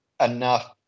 enough